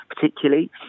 particularly